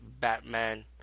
Batman